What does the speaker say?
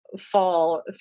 Fall